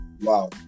wow